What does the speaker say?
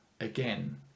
again